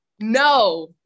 no